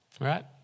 right